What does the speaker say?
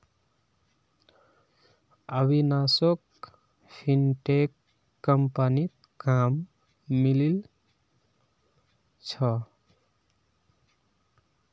अविनाशोक फिनटेक कंपनीत काम मिलील छ